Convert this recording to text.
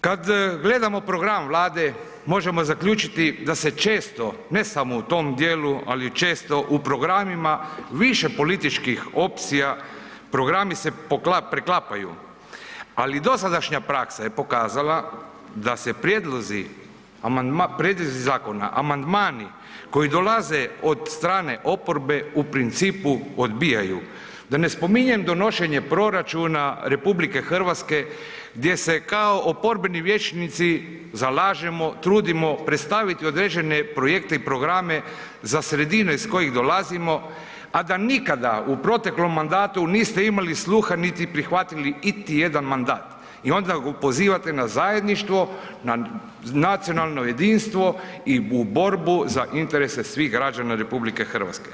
Kad gledamo program Vlade, možemo zaključiti da se često, ne samo u tom djelu ali često u programima, više političkih opcija, programi se preklapaju, ali i dosadašnja praksa je pokazala da se prijedlozi zakona, amandmani koji dolaze od strane oporbe, u principu odbijaju, da ne spominjem donošenje proračuna RH gdje se kao oporbeni vijećnici zalažemo, trudimo predstaviti određene projekte i programe za sredine iz kojih dolazimo a da nikada u proteklom mandatu niste imali sluha niti prihvatili iti jedan mandat i onda pozivate na zajedništvo, na nacionalno jedinstvo i u borbu za interese svih građana RH.